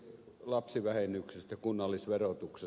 tästä ed